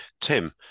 Tim